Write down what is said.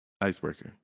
Icebreaker